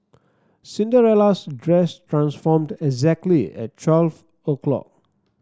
Cinderella's dress transformed exactly at twelve o' clock